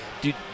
Dude